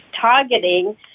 targeting